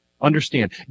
Understand